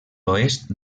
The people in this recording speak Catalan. oest